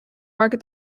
market